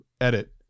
edit